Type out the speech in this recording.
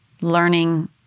learning